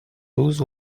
lose